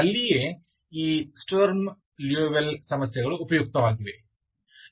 ಅಲ್ಲಿಯೇ ಈ Sturm Liouville ಸಮಸ್ಯೆಗಳು ಉಪಯುಕ್ತವಾಗಿವೆ